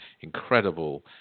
incredible